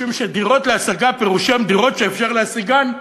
משום שדירות להשגה פירושן דירות שאפשר להשיגן.